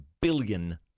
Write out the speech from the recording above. billion